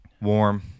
warm